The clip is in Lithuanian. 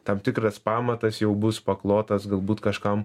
tam tikras pamatas jau bus paklotas galbūt kažkam